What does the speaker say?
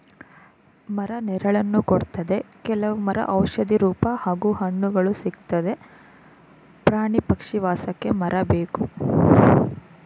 ಮರ ನೆರಳನ್ನ ಕೊಡ್ತದೆ ಕೆಲವ್ ಮರ ಔಷಧಿ ರೂಪ ಹಾಗೂ ಹಣ್ಣುಗಳು ಸಿಕ್ತದೆ ಪ್ರಾಣಿ ಪಕ್ಷಿ ವಾಸಕ್ಕೆ ಮರ ಬೇಕು